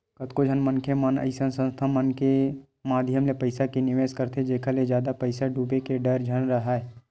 कतको झन मनखे मन अइसन संस्था मन के माधियम ले पइसा के निवेस करथे जेखर ले जादा पइसा डूबे के डर झन राहय